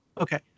Okay